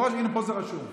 לא רק, פה זה רשום.